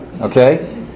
Okay